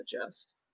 adjust